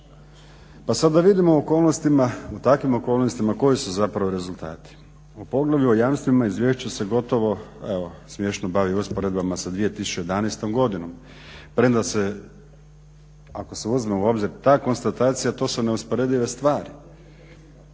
Pa sada da vidimo u takvim okolnostima koji su rezultati. U poglavlju o jamstvima izvješće se gotovo smiješno bavi usporedbama sa 2011.godinom premda se ako se uzme u obzir ta konstatacija to su neusporedive stvari.